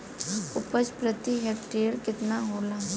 उपज प्रति हेक्टेयर केतना होला?